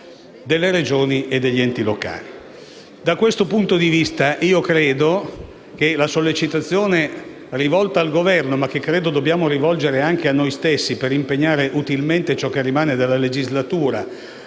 delle Regioni e degli enti locali.